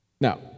Now